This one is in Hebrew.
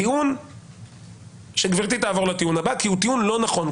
זהו טיעון לא נכון.